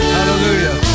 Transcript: Hallelujah